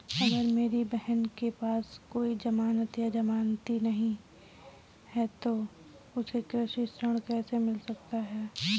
अगर मेरी बहन के पास कोई जमानत या जमानती नहीं है तो उसे कृषि ऋण कैसे मिल सकता है?